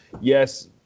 yes